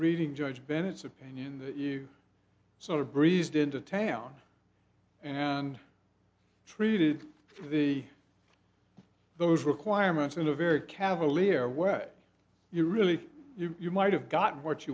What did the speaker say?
reading judge bennett's opinion that you sort of breezed into town and treated the those requirements in a very cavalier way you really you might have gotten what